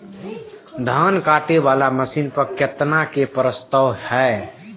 धान काटे वाला मशीन पर केतना के प्रस्ताव हय?